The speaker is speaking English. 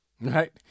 right